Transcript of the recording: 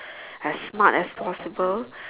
as smart as possible